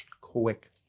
Quick